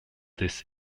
this